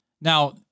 Now